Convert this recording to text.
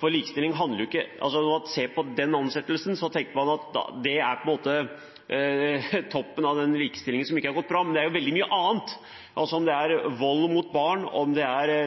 Når man ser på den ansettelsen, tenker man at det på en måte er toppen av den likestillingen som ikke har gått bra, men det er jo veldig mye annet, f.eks. vold mot barn,